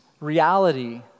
reality